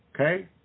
okay